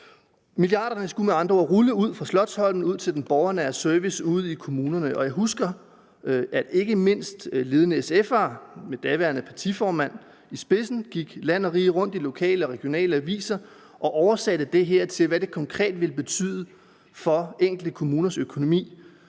Milliarderne skulle med andre ord rulle ud fra Slotsholmen til den borgernære service ude i kommunerne. Og jeg husker, at ikke mindst ledende SF'ere med den daværende partiformand i spidsen tog land og rige rundt og oversatte i lokale og regionale aviser det her til, hvad det konkret ville betyde for de enkelte kommuners økonomi.